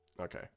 Okay